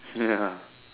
yeah